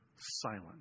silent